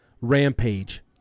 Rampage